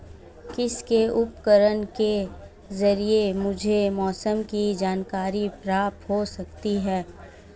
किस किस उपकरण के ज़रिए मुझे मौसम की जानकारी प्राप्त हो सकती है?